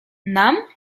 nam